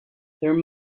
there